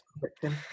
victim